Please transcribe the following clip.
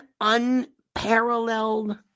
unparalleled